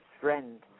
friend